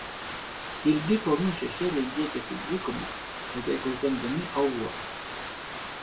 ilgi kalnų šešėliai driekėsi dykuma beveik uždengdami aūlą